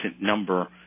number